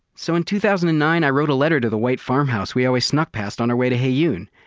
so in two thousand and nine i wrote a letter to the white farmhouse we always snuck past on our way to heyoon,